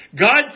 God